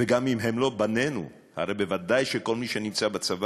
וגם אם הם לא בנינו, הרי ודאי שכל מי שנמצא בצבא